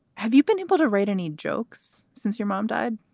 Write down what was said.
have you been able to write any jokes since your mom died?